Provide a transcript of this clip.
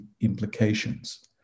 implications